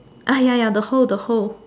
ah ya ya the hole the hole